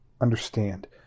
understand